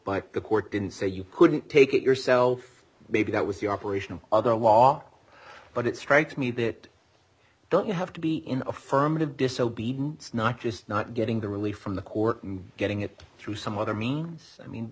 by the court didn't say you couldn't take it yourself maybe that was the operation of the law but it strikes me that don't you have to be in affirmative disobedience not just not getting the relief from the court and getting it through some other means i mean